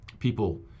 People